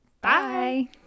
Bye